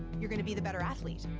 you're gonna be the better athlete.